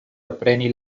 repreni